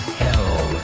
hell